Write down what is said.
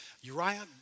Uriah